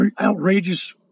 outrageous